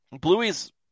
Bluey's